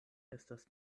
estas